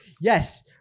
yes